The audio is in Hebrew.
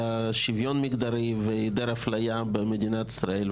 שוויון מגדרי והיעדר אפליה במדינת ישראל,